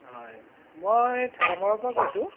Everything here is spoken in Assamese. হয় মই ঠেলামৰাৰ পৰা কৈছোঁ